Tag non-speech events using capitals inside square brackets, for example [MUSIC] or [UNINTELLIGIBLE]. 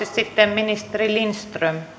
[UNINTELLIGIBLE] sitten ministeri lindström